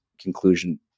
conclusion